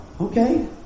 okay